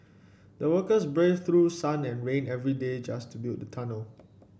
the workers braved through sun and rain every day just to build the tunnel